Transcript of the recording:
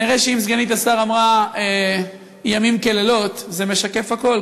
נראה שאם סגנית השר אמרה "ימים כלילות" זה משקף הכול,